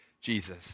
Jesus